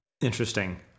Interesting